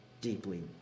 deeply